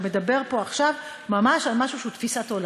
אתה מדבר פה עכשיו ממש על משהו שהוא תפיסת עולם.